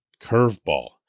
curveball